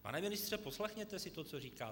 Pane ministře, poslechněte si to, co říkáte.